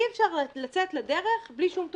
אי אפשר לצאת לדרך בלי שום תוכנית.